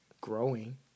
growing